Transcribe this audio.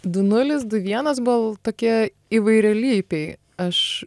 du nulis du vienas buvo tokie įvairialypiai aš